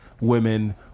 women